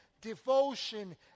devotion